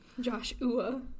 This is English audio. Joshua